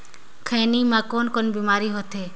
खैनी म कौन कौन बीमारी होथे?